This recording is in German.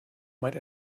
meint